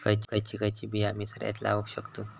खयची खयची बिया आम्ही सरायत लावक शकतु?